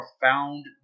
profound